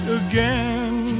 again